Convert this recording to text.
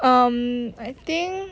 um I think